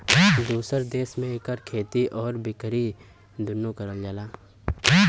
दुसर देस में इकर खेती आउर बिकरी दुन्नो कइल जाला